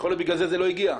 יכול להיות שלכן זה לא הגיע.